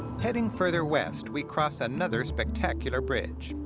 heading further west, we cross another spectacular bridge,